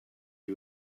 you